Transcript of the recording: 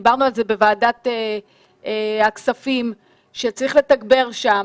דיברנו על זה בוועדת הכספים ואמרנו שצריך לתגבר שם.